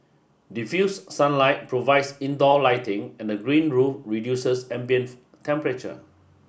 diffused sunlight provides indoor lighting and the green roof reduces ambient temperature